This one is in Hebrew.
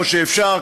או שאפשר,